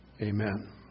amen